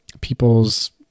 people's